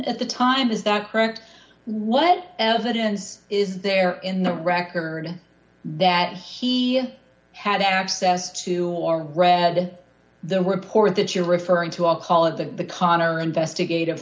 at the time is that correct what evidence is there in the record that he had access to or read the report that you're referring to i'll call it the con or investigative